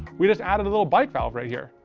we just added a little bike valve right here.